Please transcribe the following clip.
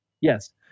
Yes